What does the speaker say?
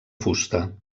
fusta